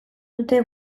dute